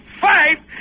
fight